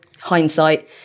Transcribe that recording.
hindsight